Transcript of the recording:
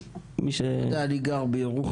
אני גם בירוחם,